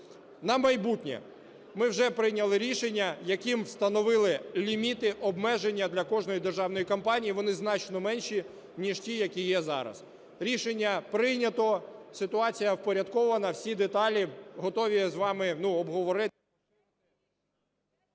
на майбутнє ми вже прийняли рішення, яким встановили ліміти, обмеження для кожної державної компанії, вони значно менші ніж ті, які є зараз. Рішення прийнято, ситуація впорядкована. Всі деталі готові з вами обговорити…